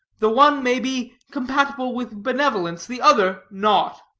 the one may be compatible with benevolence, the other not.